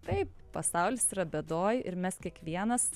taip pasaulis yra bėdoj ir mes kiekvienas